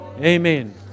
Amen